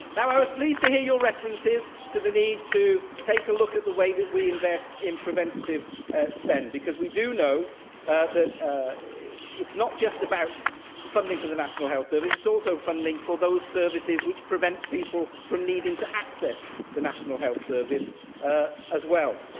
now, i was pleased to hear your references to the need to take a look at the way that we invest in preventative spend, because we do know that it's not just about funding for the national health service, it's also funding for those services that prevent people from needing to access the national health service as well.